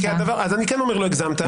אני כן אומר לו הגזמת.